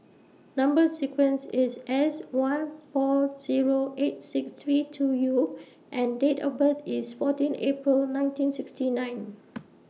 Number sequence IS S one four Zero eight six three two U and Date of birth IS fourteen April nineteen sixty nine